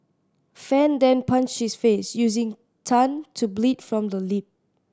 fan then punched his face using Tan to bleed from the lip